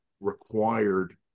required